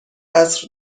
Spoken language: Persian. عصر